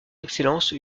excellence